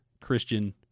Christian